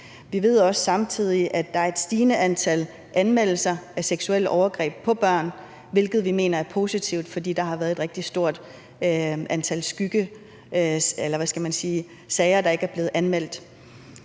Vi ved også samtidig, at der er et stigende antal anmeldelser af seksuelle overgreb på børn, hvilket vi mener er positivt, fordi der har været et rigtig stort antal sager, der ikke er blevet anmeldt.